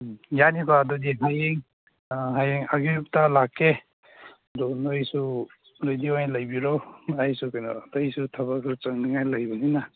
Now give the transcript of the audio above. ꯎꯝ ꯌꯥꯅꯤꯀꯣ ꯑꯗꯨꯗꯤ ꯍꯌꯦꯡ ꯍꯌꯦꯡ ꯑꯌꯨꯛꯇ ꯂꯥꯛꯀꯦ ꯑꯗꯨ ꯅꯣꯏꯁꯨ ꯔꯦꯗꯤ ꯑꯣꯏꯅ ꯂꯩꯕꯤꯔꯣ ꯑꯩꯁꯨ ꯀꯩꯅꯣ ꯑꯩꯁꯨ ꯊꯕꯛ ꯆꯠꯅꯤꯡꯉꯥꯏ ꯂꯩꯕꯅꯤꯅ